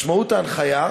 משמעות ההנחיה,